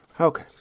Okay